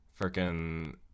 freaking